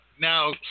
Now